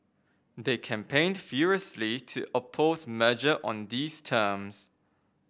they campaigned furiously to oppose merger on these terms